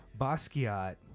basquiat